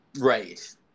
Right